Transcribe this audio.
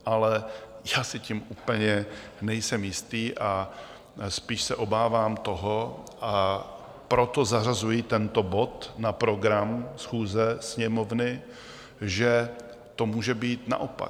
Ale já si tím úplně nejsem jistý a spíš se toho obávám, a proto zařazuji tento bod na program schůze Sněmovny že to může být naopak.